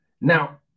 now